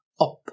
up